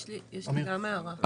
יש לי כמה הערות.